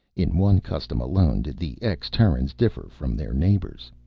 in one custom alone did the ex-terrans differ from their neighbors.